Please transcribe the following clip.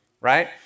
right